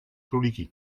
króliki